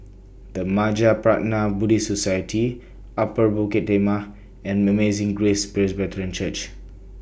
The Mahaprajna Buddhist Society Upper Bukit Timah and Amazing Grace Presbyterian Church